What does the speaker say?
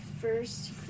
first